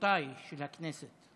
הספורטאי של הכנסת.